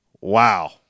Wow